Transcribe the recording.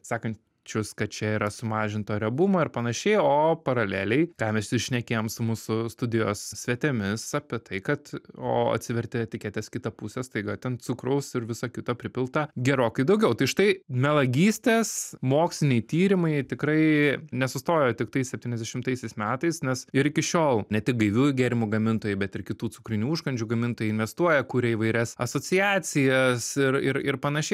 sakančius kad čia yra sumažinto riebumo ir panašiai o paraleliai ką mes ir šnekėjom su mūsų studijos svetimis apie tai kad o atsiverti etiketės kitą pusę staiga ten cukraus ir visa kita pripilta gerokai daugiau tai štai melagystės moksliniai tyrimai tikrai nesustojo tiktais septyniasdešimtaisiais metais nes ir iki šiol ne tik gaiviųjų gėrimų gamintojai bet ir kitų cukrinių užkandžių gamintojai investuoja kuria įvairias asociacijas ir ir ir panašiai